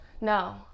no